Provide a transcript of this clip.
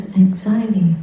Anxiety